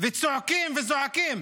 וצועקים וזועקים.